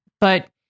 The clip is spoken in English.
but-